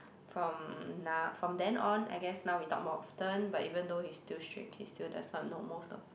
from now from then on I guess now we talk more often but even though he's still strict he's still does not know most of